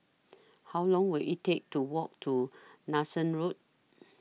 How Long Will IT Take to Walk to Nanson Road